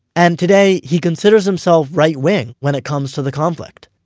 and today, he considers himself right-wing when it comes to the conflict.